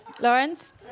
Lawrence